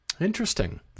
Interesting